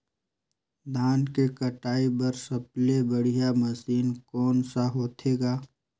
धान के कटाई बर सबले बढ़िया मशीन कोन सा होथे ग?